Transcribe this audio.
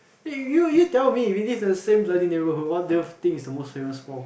you you tell me we live in the same bloody neighborhood what do you think is the most famous for